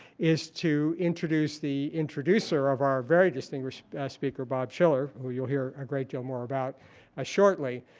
is to introduce the introducer of our very distinguished speaker bob shiller, who you'll hear a great deal more about ah shortly,